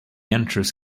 enters